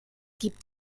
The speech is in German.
gibt